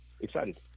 excited